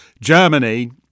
Germany